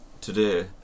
Today